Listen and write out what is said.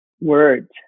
words